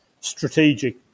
strategic